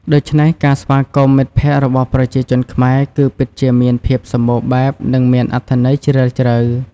ដូច្នេះ ការស្វាគមន៍មិត្តភក្តិរបស់ប្រជាជនខ្មែរគឺពិតជាមានភាពសម្បូរបែបនិងមានអត្ថន័យជ្រាលជ្រៅ។